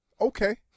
Okay